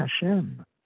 Hashem